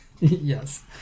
Yes